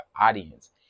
audience